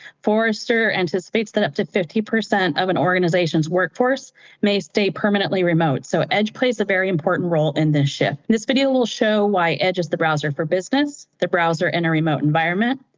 forrester anticipates that up to fifty percent of an organization's workforce may stay permanently remote. so edge plays a very important role in this shift. this video will show why edge is the browser for business, the browser in a remote environment,